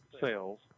sales